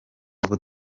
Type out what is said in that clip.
ubu